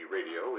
Radio